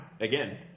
again